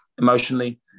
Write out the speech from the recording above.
emotionally